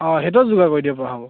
অঁ সেইটোও যোগাৰ কৰি দিব পৰা হ'ব